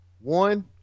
One